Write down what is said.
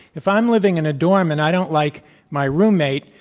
if i'm living in a dorm and i don't like my roommate,